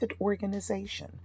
organization